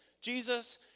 Jesus